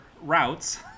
routes